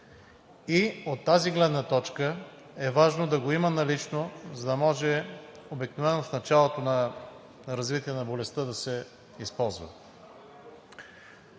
и от тази гледна точка е важно да го има налично, за да може обикновено в началото на развитието на болестта да се използва.